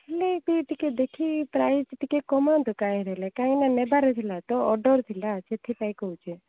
ହେଲେବି ଟିକେ ଦେଖିକି ପ୍ରାଇସ୍ ଟିକେ କମାନ୍ତୁ କାଇଁରେ ହେଲେ କାହିଁକିନା ନେବାର ଥିଲା ତ ଅର୍ଡର୍ ଥିଲା ସେଥିପାଇଁ କହୁଛି